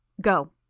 Go